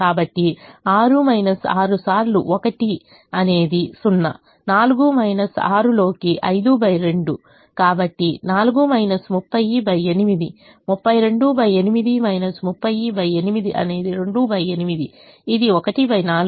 కాబట్టి 6 6 సార్లు 1 అనేది 0 4 6 లోకి 58 కాబట్టి 4 308 328 308 అనేది 28 ఇది 14